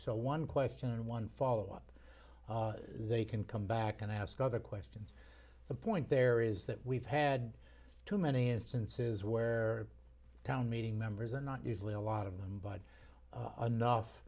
one question and one follow up they can come back and ask other questions the point there is that we've had too many instances where town meeting members are not usually a lot of them but enough